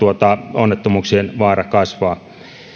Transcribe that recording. onnettomuuksien vaara kasvaa